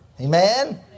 Amen